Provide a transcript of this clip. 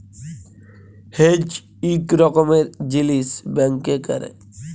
hedge ইক রকমের জিলিস ব্যাংকে ক্যরে